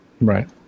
Right